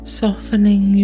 softening